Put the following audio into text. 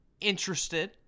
interested